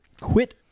quit